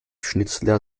schnitzler